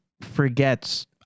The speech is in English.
forgets